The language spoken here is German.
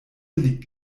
liegt